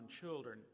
children